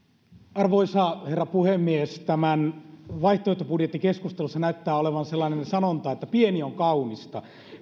arvoisa herra puhemies tässä vaihtoehtobudjettikeskustelussa näyttää pätevän sellainen sanonta että pieni on kaunista